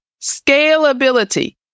Scalability